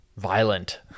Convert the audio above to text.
violent